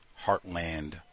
heartland